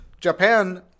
Japan